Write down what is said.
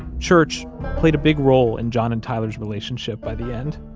church played a big role in john and tyler's relationship by the end.